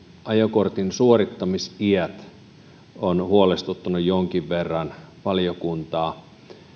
ajokortin suorittamisiät ovat huolestuttaneet jonkin verran valiokuntaa